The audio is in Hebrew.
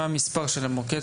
מה המספר של המוקד?